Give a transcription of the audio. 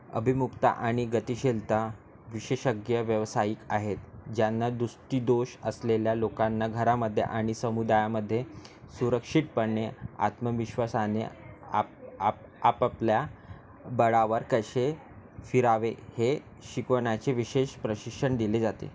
अभिमुखता आणि गतिशीलता विशेषग्य व्यावसायिक आहेत ज्यांना दृष्टीदोष असलेल्या लोकांना घरामध्ये आणि समुदायामध्ये सुरक्षितपणे आत्मविश्वासाने आप आप आपापल्या बळावर कसे फिरावे हे शिकवण्याचे विशेष प्रशिक्षण दिले जाते